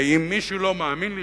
ואם מישהו לא מאמין לי,